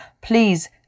please